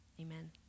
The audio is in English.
Amen